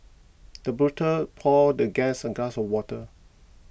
the butler poured the guest a glass of water